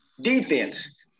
Defense